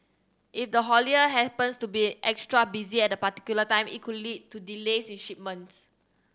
if the haulier happens to be extra busy at the particular time it could lead to delays in shipment